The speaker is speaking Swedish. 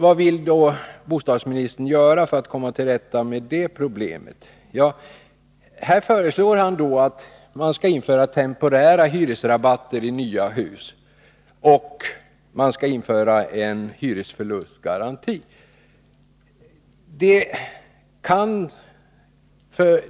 Vad vill då bostadsministern göra för att komma till rätta med det problemet? Här föreslår han att vi skall införa temporära hyresrabatter i nya hus och en hyresförlustgaranti.